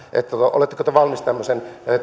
oletteko te valmis tämmöisen